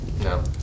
No